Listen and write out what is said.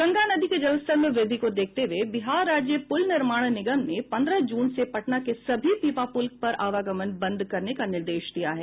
गंगा नदी के जलस्तर में वृद्धि को देखते हुए बिहार राज्य पुल निर्माण निगम ने पन्द्रह जून से पटना के सभी पीपा पुल पर आवागमन बंद करने का निर्देश दिया है